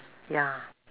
ya